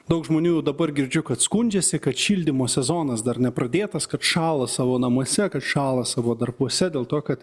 daug žmonių jau dabar girdžiu kad skundžiasi kad šildymo sezonas dar nepradėtas kad šąla savo namuose kad šąla savo darbuose dėl to kad